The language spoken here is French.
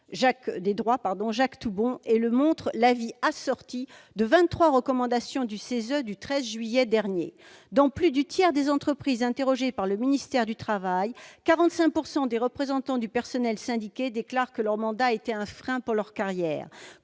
Jacques Toubon, et comme le montre l'avis assorti de vingt-trois recommandations du CESE du 13 juillet dernier. Dans plus du tiers des entreprises interrogées par le ministère du travail, 45 % des représentants du personnel syndiqués déclarent que leur mandat a été un frein pour leur carrière,